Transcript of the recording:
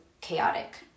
chaotic